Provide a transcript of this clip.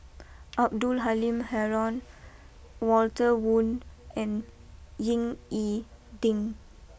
Abdul Halim Haron Walter Woon and Ying E Ding